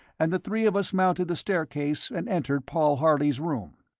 and the three of us mounted the staircase and entered paul harley's room.